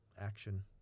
action